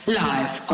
live